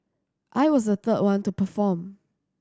I was the third one to perform